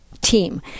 team